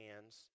hands